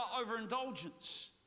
overindulgence